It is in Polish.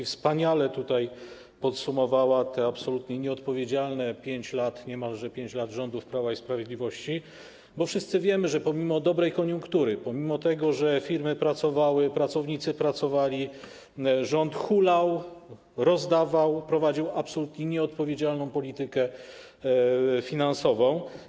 Wspaniale podsumowała te absolutnie nieodpowiedzialne niemalże 5 lat rządów Prawa i Sprawiedliwości, bo wszyscy wiemy, że pomimo dobrej koniunktury, pomimo tego, że firmy pracowały, pracownicy pracowali, rząd hulał, rozdawał, prowadził absolutnie nieodpowiedzialną politykę finansową.